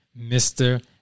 Mr